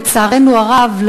לצערנו הרב,